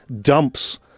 dumps